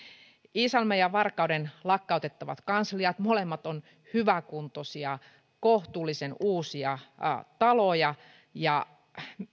iisalmen ja varkauden lakkautettavat kansliat ovat molemmat hyväkuntoisia kohtuullisen uusia taloja ja